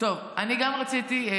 גם רציתי,